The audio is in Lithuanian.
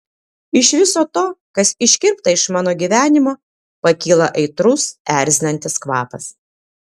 iš viso to kas iškirpta iš mano gyvenimo pakyla aitrus erzinantis kvapas